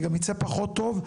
זה גם יצא פחות טוב,